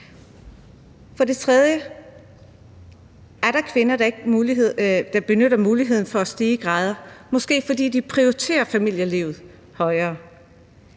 For det tredje er der kvinder, der ikke benytter sig af muligheden for at stige i graderne, og det er måske, fordi de prioriterer familielivet højere.